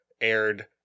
aired